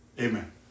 Amen